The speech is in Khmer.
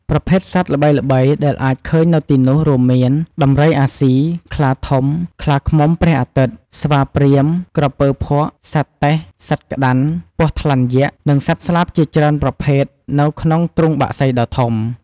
ប្រភេទសត្វល្បីៗដែលអ្នកអាចឃើញនៅទីនោះរួមមាន ដំរីអាស៊ី ខ្លាធំ ខ្លាឃ្មុំព្រះអាទិត្យ ស្វាព្រាហ្មណ៍ ក្រពើភក់ សត្វតេះ សត្វក្តាន់ ពស់ថ្លាន់យក្ស និងសត្វស្លាបជាច្រើនប្រភេទនៅក្នុងទ្រុងបក្សីដ៏ធំ។